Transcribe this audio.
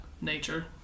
nature